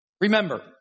remember